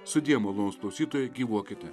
sudie malonūs klausytojai gyvuokite